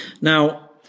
Now